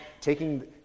Taking